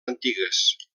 antigues